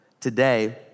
today